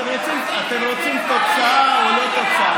אתם רוצים תוצאה או לא?